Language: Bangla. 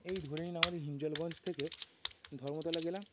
এই ধরে নিন আমাদের হিঙ্গলগঞ্জ থেকে ধর্মতলা গেলাম